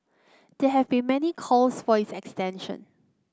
there have been many calls for its extension